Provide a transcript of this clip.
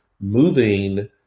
moving